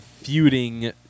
feuding